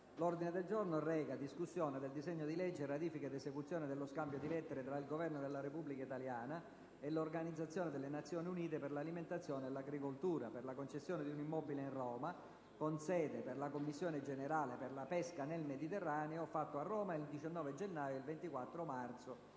nella *Gazzetta Ufficiale.* DISEGNO DI LEGGE Ratifica ed esecuzione dello Scambio di lettere tra il Governo della Repubblica italiana e l'Organizzazione delle Nazioni Unite per l'alimentazione e l'agricoltura (FAO) per la concessione di un immobile in Roma come sede per la Commissione generale per la pesca nel Mediterraneo (CGPM), fatto a Roma il 19 gennaio e il 24 marzo